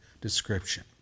description